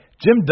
Jim